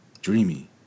dreamy